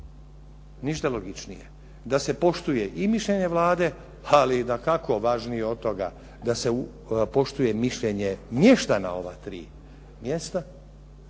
ništa logičnije da se poštuje i mišljenje Vlade ali i dakako važnije od toga da se poštuje mišljenje mještana ova tri mjesta